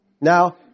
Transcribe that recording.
Now